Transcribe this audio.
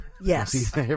Yes